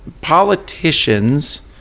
politicians